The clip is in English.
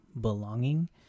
belonging